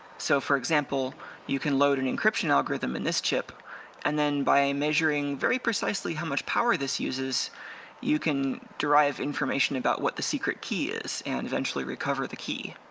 so for example you can load an encryption algorithm in this chip and then by measuring very precisely how much power this uses you can derive information about what the secret key is and eventually recover the key.